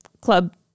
club